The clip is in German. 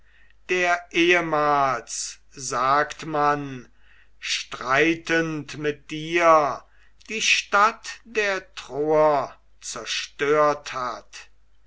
der ehmals sagt man streitend mit dir die stadt der troer zerstört hat